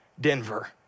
Denver